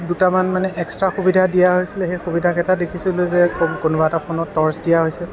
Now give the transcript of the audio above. দুটামান মানে এক্সট্ৰা সুবিধা দিয়া হৈছিলে সেই সুবিধাকেইটা দেখিছিলোঁ যে কোনোবা এটা ফোনত টৰ্চ দিয়া হৈছিল